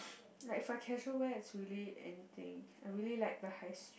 like for casual wear it's really anything I really like the high s~